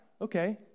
Okay